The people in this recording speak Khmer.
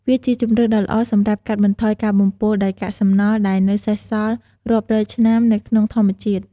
វាជាជម្រើសដ៏ល្អសម្រាប់កាត់បន្ថយ ការបំពុលដោយកាកសំណល់ ដែលនៅសេសសល់រាប់រយឆ្នាំនៅក្នុងធម្មជាតិ។